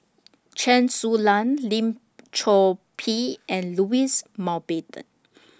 Chen Su Lan Lim Chor Pee and Louis Mountbatten